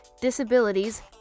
disabilities